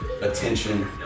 attention